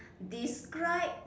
describe